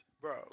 Bro